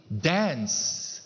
dance